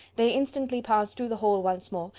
they instantly passed through the hall once more,